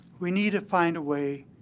we need to find a way